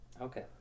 Okay